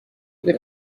would